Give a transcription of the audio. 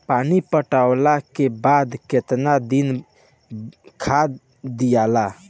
पानी पटवला के बाद केतना दिन खाद दियाला?